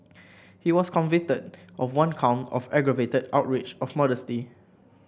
he was convicted of one count of aggravated outrage of modesty